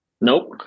Nope